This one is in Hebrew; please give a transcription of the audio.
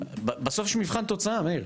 אבל בסוף יש מבחן תוצאה, מאיר,